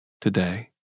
today